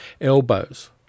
elbows